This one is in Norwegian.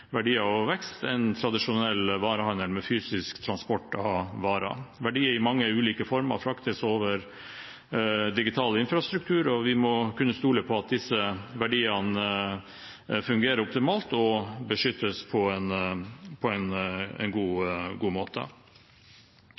verdier og vekst enn tradisjonell varehandel med fysisk transport av varer. Verdier i mange ulike former fraktes over digital infrastruktur, og vi må kunne stole på at disse verdiene fungerer optimalt og beskyttes på en god måte. Etablering av grønne datasentre kan bli en